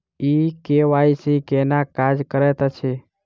ई KYC केना काज करैत अछि?